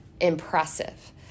impressive